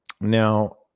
now